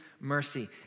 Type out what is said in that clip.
mercy